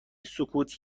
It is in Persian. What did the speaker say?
سکوت